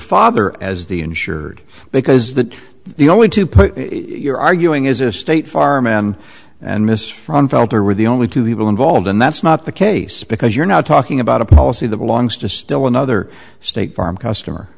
father as the insured because the two the only two put your arguing is a state farm m and ms from founder were the only two people involved and that's not the case because you're now talking about a policy that belongs to still another state farm customer